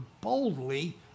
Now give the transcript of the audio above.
boldly